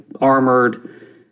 armored